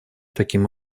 таким